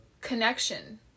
connection